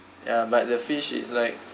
ya but the fish is like